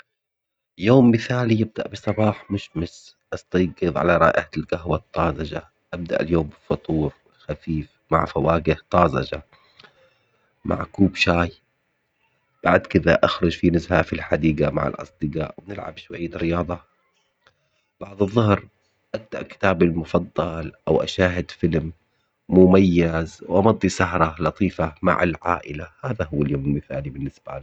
يوم مثالي يبدأ بصباح مشمس أستيقظ على رائحة القهوة الطازجة، أبدأ اليوم بفطور خفيف مع فواكه طازجة مع كوب شاي، بعد كذة أخرج في نزهة في الحديقة مع الأصدقاء ونلعب شوية رياضة، بعد الظهر أبدأ كتابي المفضل أو أشاهد فيلم مميز وأمضي سهرة لطيفة مع العائلة هذا هو اليوم المثالي بالنسبة لي.